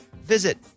visit